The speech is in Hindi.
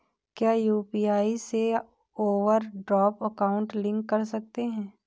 क्या यू.पी.आई से ओवरड्राफ्ट अकाउंट लिंक कर सकते हैं?